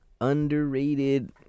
Underrated